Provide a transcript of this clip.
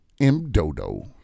M-Dodo